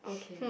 okay